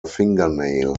fingernail